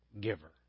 Giver